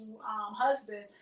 husband